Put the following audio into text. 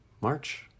March